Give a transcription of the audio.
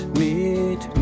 meet